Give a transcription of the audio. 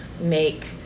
make